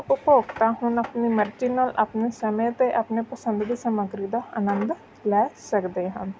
ਉਪਭੋਗਤਾ ਹੁਣ ਆਪਣੀ ਮਰਜ਼ੀ ਨਾਲ ਆਪਣੇ ਸਮੇਂ 'ਤੇ ਆਪਣੇ ਪਸੰਦ ਦੀ ਸਮੱਗਰੀ ਦਾ ਆਨੰਦ ਲੈ ਸਕਦੇ ਹਨ